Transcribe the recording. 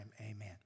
Amen